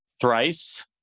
thrice